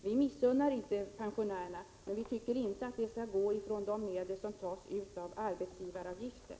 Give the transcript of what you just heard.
Vi missunnar inte pensionärerna bidrag, men vi tycker inte att det skall komma från de medel som tas av arbetsgivaravgiften.